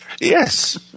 Yes